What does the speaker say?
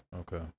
Okay